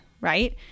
right